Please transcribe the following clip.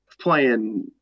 playing